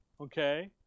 Okay